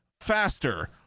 faster